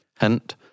Hint